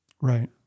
Right